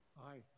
Aye